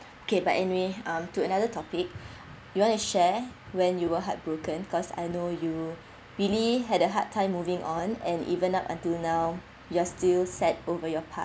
okay but anyway um to another topic you want to share when you were heartbroken because I know you really had a hard time moving on and even up until now you are still sad over your